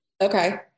okay